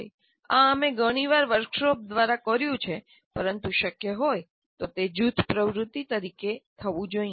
આ અમે ઘણી વાર વર્કશોપ દ્વારા કર્યું છે પરંતુ શક્ય હોય તો તે જૂથ પ્રવૃત્તિ તરીકે થવું જોઈએ